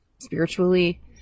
spiritually